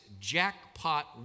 jackpot